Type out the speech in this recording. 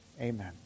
Amen